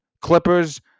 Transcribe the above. Clippers